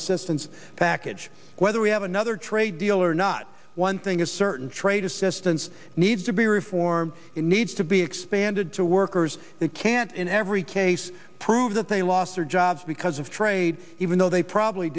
assistance package whether we have another trade deal or not one thing is certain trade assistance needs to be reformed in needs to be expanded to workers that can't in every case prove that they lost their jobs because of trade even though they probably